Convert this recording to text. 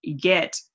get